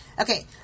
Okay